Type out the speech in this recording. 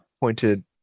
pointed